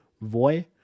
Voy